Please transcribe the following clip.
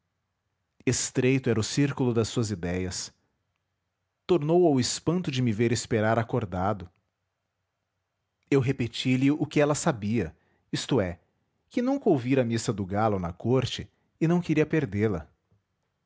estreito era o círculo das suas idéias tornou ao espanto de me ver esperar acordado eu repeti-lhe o que ela sabia isto é que nunca ouvira missa do galo na corte e não queria perdê-la